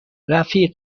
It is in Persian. رفیق